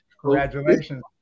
Congratulations